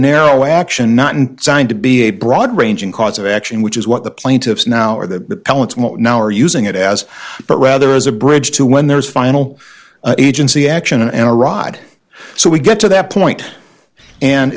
narrow action not signed to be a broad ranging cause of action which is what the plaintiffs now are the balance now are using it as but rather as a bridge to when there is final agency action and a rod so we get to that point and